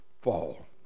fall